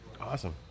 Awesome